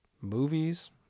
movies